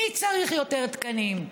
מי צריך יותר תקנים,